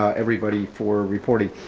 everybody for reporting.